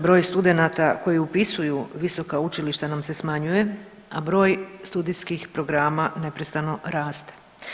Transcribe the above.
Broj studenata koji upisuju visoka učilišta nam se smanjuje, a broj studijskih programa neprestano raste.